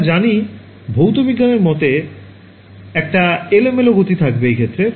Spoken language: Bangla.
আমরা জানি ভৌতবিজ্ঞানের মতে একটা এলোমেলো গতি থাকবে এই ক্ষেত্রের